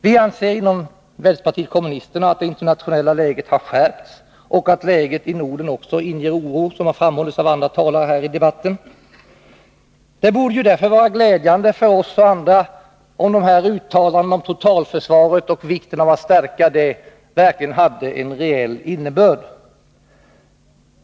Vi anser från vpk att det internationella läget har skärpts och att läget i Norden också inger oro, vilket även har framhållits av andra talare i den här debatten. Uttalandena om totalförsvaret och vikten av att stärka det skulle vara glädjande för oss och andra, om det hade en reell innebörd.